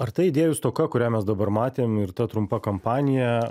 ar ta idėjų stoka kurią mes dabar matėm ir ta trumpa kampanija